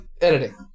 Editing